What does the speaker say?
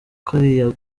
kariya